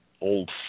old